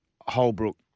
Holbrook